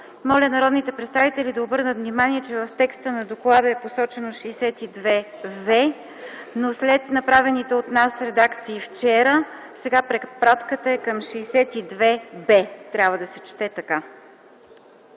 Моля народните представители да обърнат внимание, че в текста на доклада е посочено „чл. 62в”, но след направените от нас редакции вчера сега препратката е към „чл. 62б”. Трябва да се чете така.